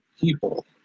people